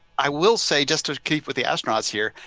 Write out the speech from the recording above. i will say just to keep with the astronauts here,